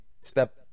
step